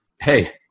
hey